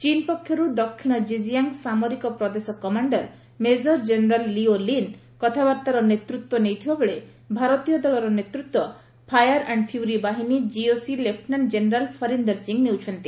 ଚୀନ୍ ପକ୍ଷରୁ ଦକ୍ଷିଣ ଜିଞ୍ଜିଆଙ୍ଗ ସାମରିକ ପ୍ରଦେଶ commander major general Liu Lin କଥାବାର୍ଭାର ନେତୃତ୍ୱ ନେଇଥିବା ବେଳେ ଭାରତୀୟ ଦଳର ନେତୃତ୍ୱ ଫାୟାର ଆଣ୍ଡ୍ ଫ୍ୟୁରି ବାହିନୀ GOC lieutenant general Harinder Singh ନେଉଛନ୍ତି